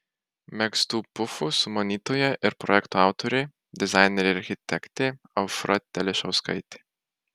megztų pufų sumanytoja ir projekto autorė dizainerė ir architektė aušra telišauskaitė